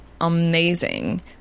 amazing